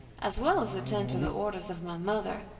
as well as attend to the orders of my mother.